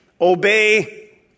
obey